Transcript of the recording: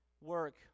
Work